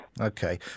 okay